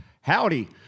Howdy